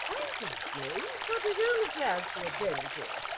i don't know he's got his own affairs to attend to.